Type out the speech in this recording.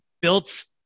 built